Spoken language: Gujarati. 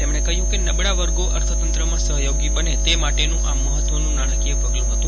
તેમણે કહ્યું નબળા વર્ગો અર્થતંત્રમાં સહયોગી બને તે માટેનું આ મહત્વનું નાણાંકીય પગલું હતું